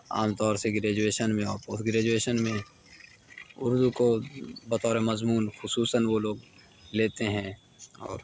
عام طور سے گریجویشن میں اور پوسٹ گریجویشن میں اردو کو بطور مضمون خصوصاً وہ لوگ لیتے ہیں اور